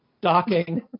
Docking